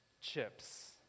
chips